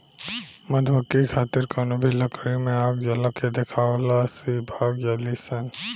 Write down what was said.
मधुमक्खी खातिर कवनो भी लकड़ी में आग जला के देखावला से इ भाग जालीसन